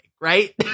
right